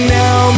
now